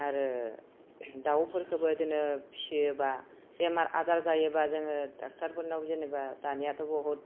आरो दाउफोरखौबो बिदिनो फिसियोबा बेमार आजार जायोबा जोङो डाक्टारफोरनाव जेनेबा दानियाथ बुहुत